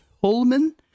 Holman